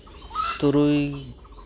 ᱛᱩᱨᱩᱭ